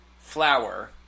flower